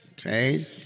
Okay